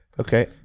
Okay